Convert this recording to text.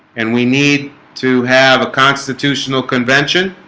and we need to have a constitutional convention